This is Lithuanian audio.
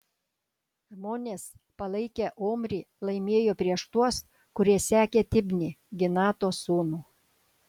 žmonės palaikę omrį laimėjo prieš tuos kurie sekė tibnį ginato sūnų